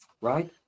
right